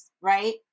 right